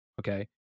Okay